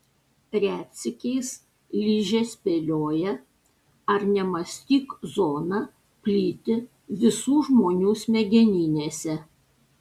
retsykiais ližė spėlioja ar nemąstyk zona plyti visų žmonių smegeninėse